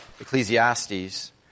Ecclesiastes